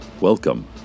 Welcome